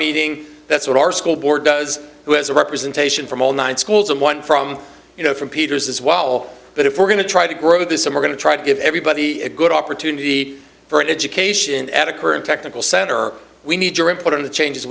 meeting that's what our school board does who has a representation from all nine schools and one from you know from peter's as well but if we're going to try to grow this and we're going to try to give everybody a good opportunity for an education at a current technical center we need your input on the changes